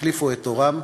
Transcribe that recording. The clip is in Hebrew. החליפו את עורם?